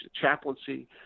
Chaplaincy